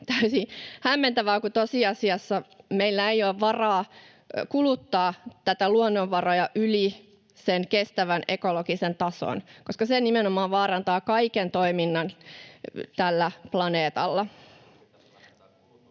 täysin hämmentävää, kun tosiasiassa meillä ei ole varaa kuluttaa luonnonvaroja yli sen kestävän ekologisen tason, koska se nimenomaan vaarantaa kaiken toiminnan tällä planeetalla.